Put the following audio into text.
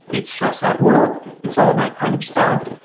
it's stress at work, it's all that kind of stuff.